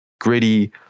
Gritty